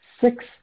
six